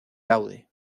laude